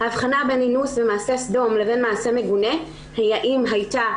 ההבחנה בין אינוס ומעשה סדום לבין "רק" מעשה מגונה היא האם הייתה